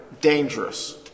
Dangerous